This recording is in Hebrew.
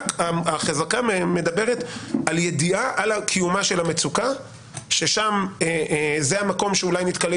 רק החזקה מדברת על ידיעה על קיומה של המצוקה שם זה המקום שאולי נתקלים